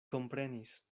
komprenis